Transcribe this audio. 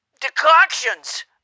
Decoctions